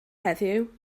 heddiw